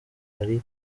wari